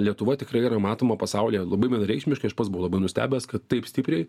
lietuva tikrai yra matoma pasaulyje labai vienareikšmiškai aš pats buvau labai nustebęs kad taip stipriai